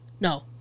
no